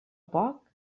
poc